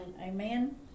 Amen